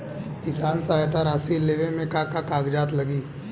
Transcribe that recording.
किसान सहायता राशि लेवे में का का कागजात लागी?